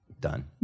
Done